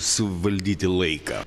suvaldyti laiką